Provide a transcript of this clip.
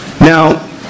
Now